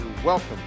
Welcome